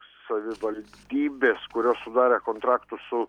savivaldybės kurios sudarė kontraktus su